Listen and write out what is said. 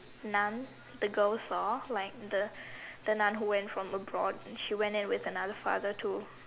Nun the girls saw like the the Nun who went from abroad she went in with another father to